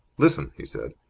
listen! he said.